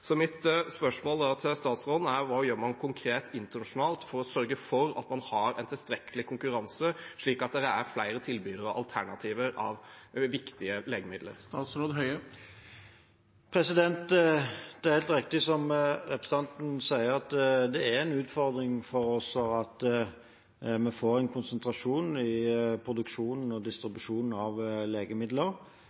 Så mitt spørsmål til statsråden er: Hva gjør man konkret internasjonalt for å sørge for at man har en tilstrekkelig konkurranse, slik at det er flere tilbydere og alternativer av viktige legemidler? Det er helt riktig som representanten sier, at det er en utfordring for oss at vi får en konsentrasjon i produksjonen og distribusjonen av legemidler,